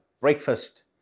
breakfast